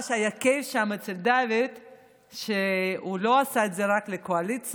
מה שהיה כיף אצל דוד הוא שהוא לא עשה את זה רק לקואליציה,